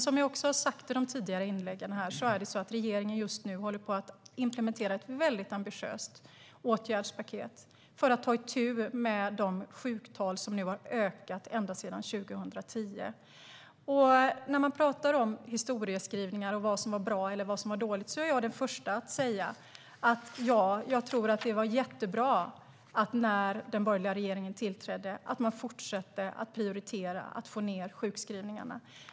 Som jag har sagt i mina tidigare inlägg håller regeringen just nu på att implementera ett väldigt ambitiöst åtgärdspaket för att ta itu med de sjuktal som har ökat ända sedan 2010. När det gäller historieskrivning och vad som var bra eller dåligt är jag den första att säga att jag tror att det var jättebra att den borgerliga regeringen när den tillträdde fortsatte att prioritera att få ned sjukskrivningarna.